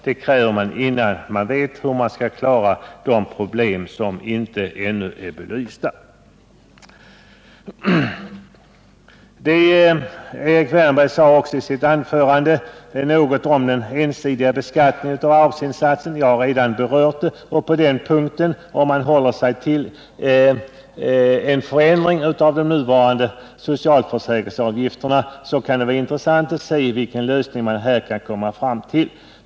Detta kräver man innan man vet hur man skall klara de problem som inte ännu är belysta. Erik Wärnberg sade också i sitt anförande något om den ensidiga beskattningen av arbetsinsatsen. Jag har redan berört detta. Om man håller sig till en förändring av de nuvarande socialförsäkringsavgifterna, kan det vara intressant att se vilken lösning man här kan komma fram till.